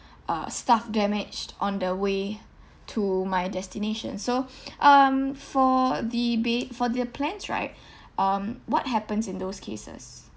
uh stuff damaged on the way to my destination so um for the ba~ for the plans right um what happens in those cases